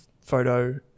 photo